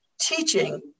teaching